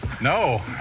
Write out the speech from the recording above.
No